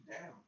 down